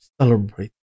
celebrate